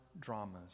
dramas